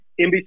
NBC